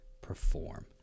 perform